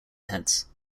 heads